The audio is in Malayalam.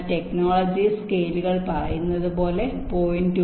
അതിനാൽ ടെക്നോളജീസ് സ്കെയിലുകൾ പറയുന്നതുപോലെ 0